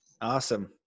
Awesome